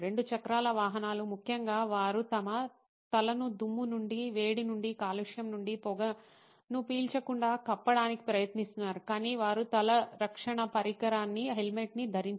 2 చక్రాల వాహనాలు ముఖ్యంగా వారు తమ తలను దుమ్ము నుండి వేడి నుండి కాలుష్యం నుండి పొగను పీల్చకుండా కప్పడానికి ప్రయత్నిస్తున్నారు కాని వారు తల రక్షణ పరికరాన్ని హెల్మెట్ ని ధరించరు